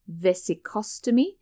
vesicostomy